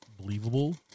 believable